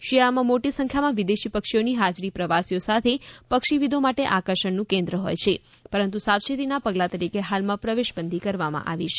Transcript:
શિયાળામાં મોટી સંખ્યામાં વિદેશી પક્ષીઓની હાજરી પ્રવાસીઓ સાથે પક્ષીવિદો માટે આકર્ષણનું કેન્દ્ર હોયછે પરંતુ સાવચેતીના પગલા તરીકે હાલમાં પ્રવેશબંધી કરવામાં આવી છે